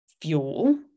fuel